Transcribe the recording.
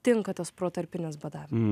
tinka tas protarpinis badavimas